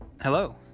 Hello